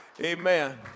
Amen